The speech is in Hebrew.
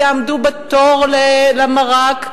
ויעמדו בתור למרק.